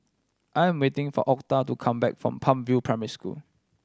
I am waiting for Octa to come back from Palm View Primary School